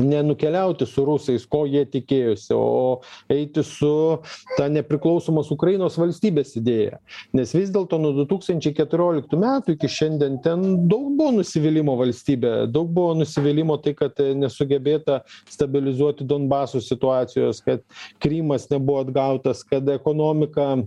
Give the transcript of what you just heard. nenukeliauti su rusais ko jie tikėjosi o eiti su ta nepriklausomos ukrainos valstybės idėja nes vis dėlto nuo du tūkstančiai keturioliktų metų iki šiandien ten daug buvo nusivylimo valstybe daug buvo nusivylimo tai kad nesugebėta stabilizuoti donbaso situacijos kad krymas nebuvo atgautas kad ekonomika